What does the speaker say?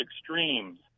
extremes